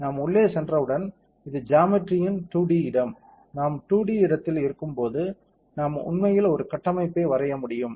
நாம் உள்ளே சென்றவுடன் இது ஜாமெட்ரியின் 2 டி இடம் நாம் 2 டி இடத்தில் இருக்கும் போது நாம் உண்மையில் ஒரு கட்டமைப்பை வரைய முடியும்